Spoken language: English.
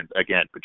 Again